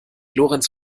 lorenz